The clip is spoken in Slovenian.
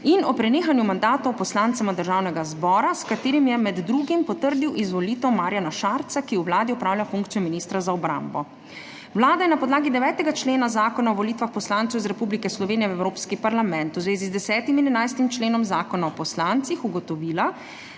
in o prenehanju mandatov poslancema Državnega zbora, s katerim je med drugim potrdil izvolitev Marjana Šarca, ki v vladi opravlja funkcijo ministra za obrambo. Vlada je na podlagi 9. člena Zakona o volitvah poslancev iz Republike Slovenije v evropski parlament v zvezi z 10. in 11. členom zakona o poslancih ugotovila,